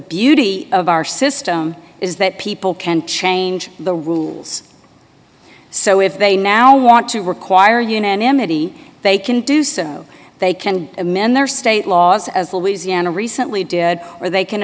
beauty of our system is that people can change the rules so if they now want to require unanimity they can do so they can amend their state laws as louisiana recently did or they can